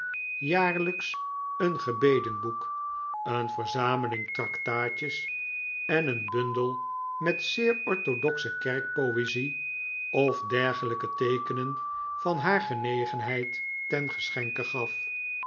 jaarlijks een gebedenboek een verzameling tractaatjes en een bundel met zeer orthodoxe kerkpoezie of dergelijke teekenen van haar genegenheid ten geschenke gaf